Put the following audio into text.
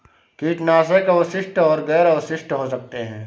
कीटनाशक अवशिष्ट और गैर अवशिष्ट हो सकते हैं